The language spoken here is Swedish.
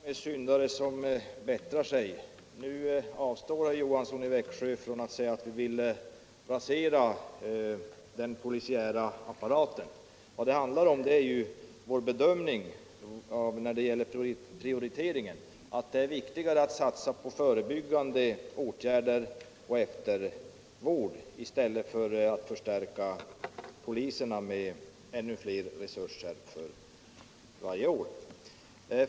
Herr talman! Det är bra med syndare som bättrar sig. Nu avstår herr Johansson i Växjö från att säga att vi kommunister vill rasera den polisiära apparaten. Vad det handlar om är vår bedömning av prioriteringen. Vi anser att det är viktigare att satsa på förebyggande åtgärder och eftervård än att förstärka polisen med än större resurser för varje år.